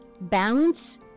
balance